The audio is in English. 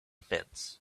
fence